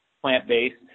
plant-based